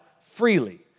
freely